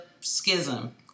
schism